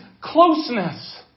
closeness